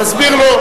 תסביר לו.